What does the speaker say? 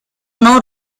non